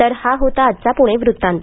तर हा होता आजचा पुणे वृत्तांत